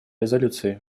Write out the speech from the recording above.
резолюции